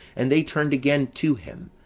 and they turned again to him,